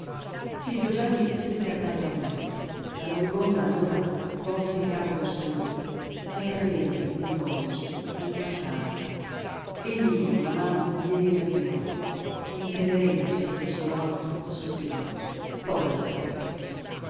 silvio gelli sedette accanto al letto la moribonda allora volse il capo verso di lui ma i capelli nel volgersi la impacciarono egli con una mano glieli ravviò e intenerendosi a quel suo atto sospirò povera fulvia